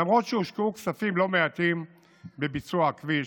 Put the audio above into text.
למרות שהושקעו כספים לא מעטים בביצוע הכביש.